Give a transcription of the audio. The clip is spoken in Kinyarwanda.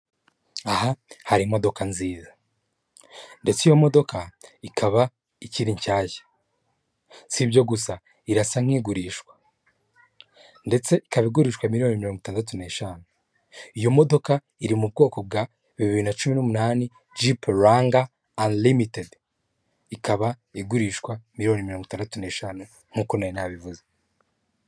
Aha hari imodoka nziza, ndetse iyo modoka ikaba ikiri nshyashya. Si ibyo gusa irasa nk'igurishwa ndetse ikaba igurishwa miliyoni mirongo itandatu n'eshanu. Iyo modoka iri mu bwoko bwa 2018 Jeep Wrangler Unlimited. Ikaba igurishwa miliyoni mirongo itandatu n'eshanu nkuko nari nabivuze.